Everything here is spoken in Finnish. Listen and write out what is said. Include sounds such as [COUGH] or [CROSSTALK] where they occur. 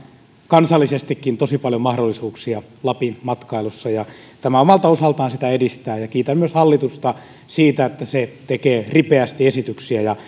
kansallisestikin tosi paljon mahdollisuuksia lapin matkailussa ja tämä omalta osaltaan sitä edistää kiitän myös hallitusta siitä että se tekee ripeästi esityksiä ja [UNINTELLIGIBLE]